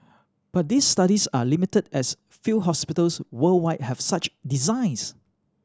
but these studies are limited as few hospitals worldwide have such designs